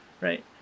Right